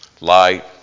light